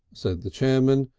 said the chairman,